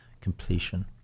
completion